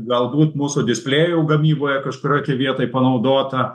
galbūt mūsų displėjų gamyboje kažkurioj vietoj panaudota